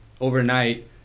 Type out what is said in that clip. overnight